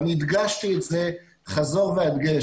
אני הדגשתי את זה חזור והדגש.